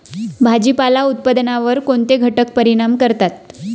भाजीपाला उत्पादनावर कोणते घटक परिणाम करतात?